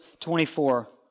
24